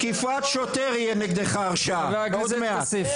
תקיפת שוטר יהיה נגדך הרשעה -- לך תאנוס עוד אחת.